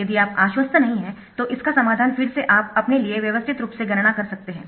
यदि आप आश्वस्त नहीं हैं तो इसका समाधान फिर से आप अपने लिए व्यवस्थित रूप से गणना कर सकते हैं